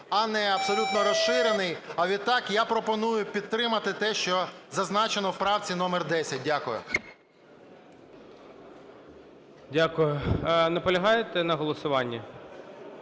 а не абсолютно розширений, а відтак я пропоную підтримати те, що зазначено в правці номер 10. Дякую. ГОЛОВУЮЧИЙ. Дякую. Наполягаєте на голосуванні?